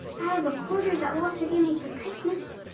i have a quarter that walter gave me for christmas.